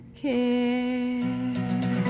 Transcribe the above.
care